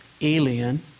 alien